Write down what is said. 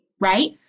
right